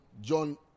John